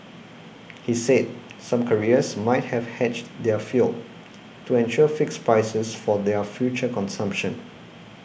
he said some carriers might have hedged their fuel to ensure fixed prices for their future consumption